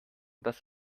dass